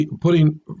putting